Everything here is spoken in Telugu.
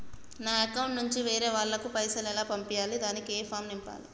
నా అకౌంట్ నుంచి వేరే వాళ్ళకు పైసలు ఎలా పంపియ్యాలి దానికి ఏ ఫామ్ నింపాలి?